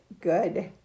good